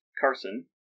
Carson